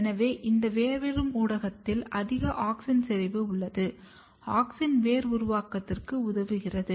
எனவே இந்த வேர்விடும் ஊடகத்தில் அதிக ஆக்ஸின் செறிவு உள்ளது ஆக்ஸின் வேர் உருவாவதற்கு உதவுகிறது